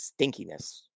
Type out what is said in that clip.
stinkiness